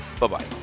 Bye-bye